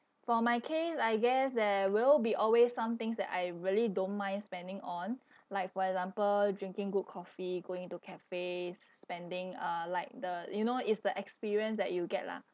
for my case I guess there will be always some things that I really don't mind spending on like for example drinking good coffee going into cafes spending uh like the you know it's the experience that you'll get lah